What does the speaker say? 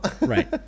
Right